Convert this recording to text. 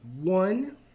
one